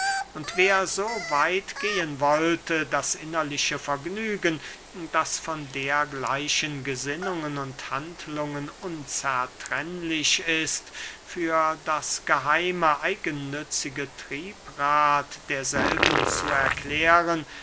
und wer so weit gehen wollte das innerliche vergnügen das von dergleichen gesinnungen und handlungen unzertrennlich ist für das geheime eigennützige triebrad derselben zu erklären